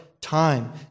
time